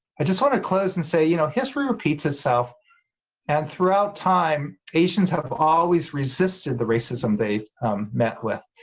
i just want to close and say you know history repeats itself and throughout time asians have always resisted the racism they met with,